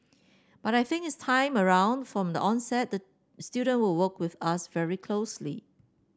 but I think its time around from the onset the student will work with us very closely